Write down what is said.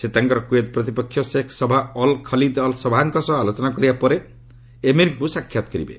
ସେ ତାଙ୍କର କୁଏତ ପ୍ରତିପକ୍ଷ Sheikh Sabah Al Khalid Al ସବ୍ହାଙ୍କ ସହ ଆଲୋଚନା କରିବା ପରେ ଏମିରଙ୍କୁ ସାକ୍ଷାତ୍ କରିବେ